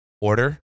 order